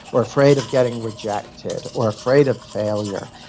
or afraid of getting rejected, or afraid of failure.